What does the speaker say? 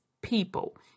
people